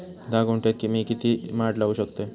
धा गुंठयात मी किती माड लावू शकतय?